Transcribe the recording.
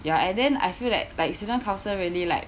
ya and then I feel that like student council really like